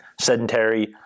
sedentary